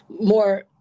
more